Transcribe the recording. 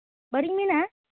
ᱵᱟᱹᱲᱤᱡ ᱢᱮᱱᱟᱜᱼᱟ